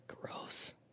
Gross